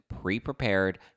pre-prepared